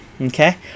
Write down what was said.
Okay